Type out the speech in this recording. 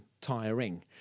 tiring